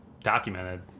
documented